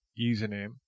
username